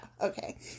okay